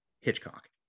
Hitchcock